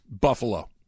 Buffalo